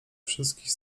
wszystkich